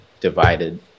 divided